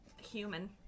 human